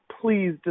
please